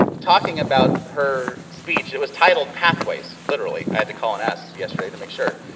talking about her speech. it was titled pathways, literally. i had to call and ask yesterday to make sure.